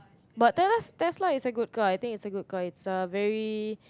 but Telas Tesla is a good car I think it's a good car it's a very